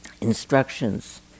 instructions